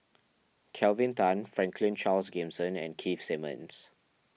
Kelvin Tan Franklin Charles Gimson and Keith Simmons